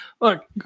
Look